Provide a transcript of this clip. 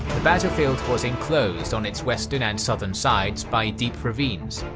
the battlefield was enclosed on its western and southern sides by deep ravines.